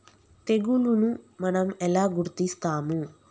తెగులుని మనం ఎలా గుర్తిస్తాము?